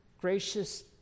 gracious